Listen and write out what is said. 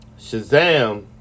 Shazam